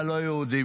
והלא-יהודים,